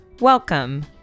Welcome